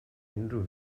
unrhyw